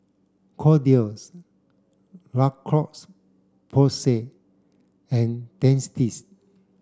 Kordel's La Porsay and Dentiste